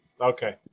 Okay